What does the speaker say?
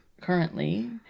currently